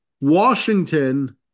Washington